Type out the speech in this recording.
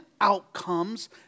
outcomes